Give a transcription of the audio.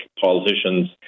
politicians